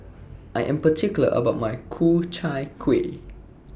I Am particular about My Ku Chai Kueh